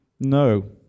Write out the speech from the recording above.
No